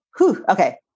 Okay